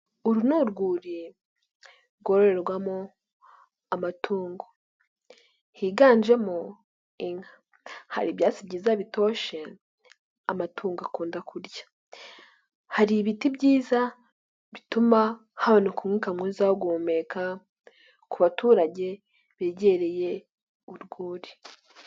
Uru ni urwuri rwororerwamo amatungo, higanjemo inka, hari ibyatsi byiza bitoshe amatungo akunda kurya, hari ibiti byiza bituma haboneka umwuka mwiza wo guhumeka, ku baturage begereye urwuri.